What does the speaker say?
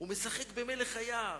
ומשחק במלך היער.